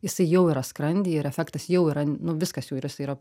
jisai jau yra skrandy ir efektas jau yra nu viskas jau ir jis yra